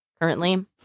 currently